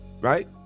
right